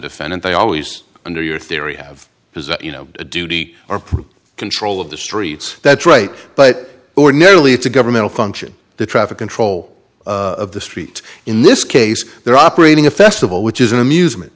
defendant i always under your theory have you know a duty or control of the streets that's right but ordinarily it's a governmental function the traffic control of the street in this case they're operating a festival which is an